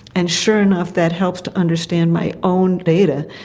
and sure enough that helps to understand my own data,